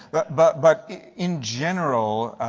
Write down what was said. but but in general,